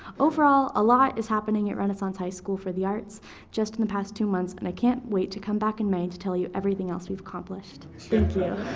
overall, a lot is happening at renaissance high school for the arts just in the past two months, and i can't wait to come back in may to tell you everything else we've accomplished. thank you.